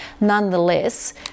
Nonetheless